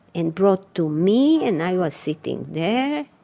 and brought to me, and i was sitting there,